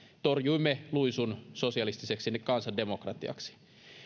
torjuimme luisun sosialistiseksi kansandemokratiaksi